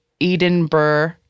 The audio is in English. Edinburgh